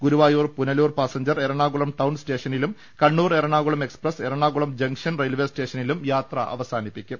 Guruvayur Punalur passenger Ernakulam town സ്റ്റേഷനിലും Kannur Ernakulam express Ernakulam junction railway സ്റ്റേഷനിലും യാത്ര അവസാനിപ്പിക്കും